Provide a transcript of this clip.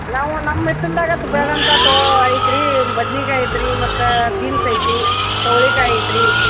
ನಾವು ನಮ್ಮ ಹಿತ್ತಿಲದಾಗ ಅದು ಬೆಳೆದಂಥ ತೋ ಐತೆ ರೀ ಬದ್ನೇಕಾಯಿ ಐತೆ ರೀ ಮತ್ತು ಬೀನ್ಸ್ ಐತಿ ಚೌಳಿಕಾಯಿ ಐತೆ ರೀ